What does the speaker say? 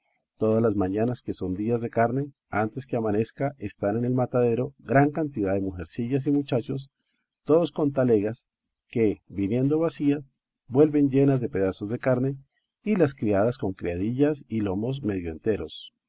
todas las mañanas que son días de carne antes que amanezca están en el matadero gran cantidad de mujercillas y muchachos todos con talegas que viniendo vacías vuelven llenas de pedazos de carne y las criadas con criadillas y lomos medio enteros